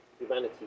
humanity